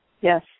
Yes